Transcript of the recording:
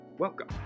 Welcome